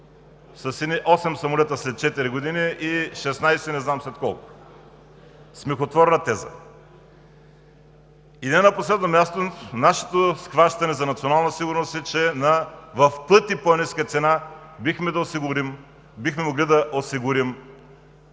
едни 8 самолета след четири години, и 16 – не знам след колко?! Смехотворна теза! И не на последно място, нашето схващане за национална сигурност, е, че с пъти по-ниска цена бихме могли да осигурим